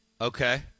Okay